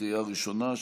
לקריאה ראשונה,